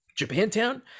japantown